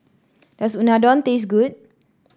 does Unadon taste good